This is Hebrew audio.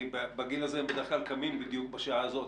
בגיל הזה הם בדרך כלל קמים בדיוק בשעה הזאת,